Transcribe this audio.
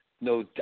no